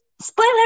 Spoiler